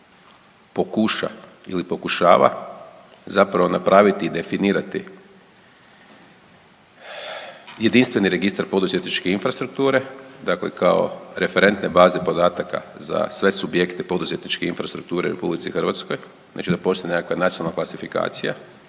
pokuša ili pokušava zapravo napraviti i definirati jedinstveni registar poduzetničke infrastrukture, dakle kao referentne baze podataka za sve subjekte poduzetničke infrastrukture u RH, znači da postoji nekakva nacionalna klasifikacija,